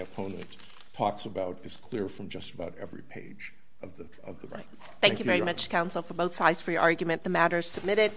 opponent pocs about is clear from just about every page of the of the right thank you very much counsel for both sides for your argument the matter submitted